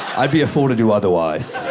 i'd be a fool to do otherwise.